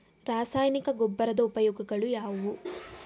ರಾಸಾಯನಿಕ ಗೊಬ್ಬರದ ಉಪಯೋಗಗಳು ಯಾವುವು?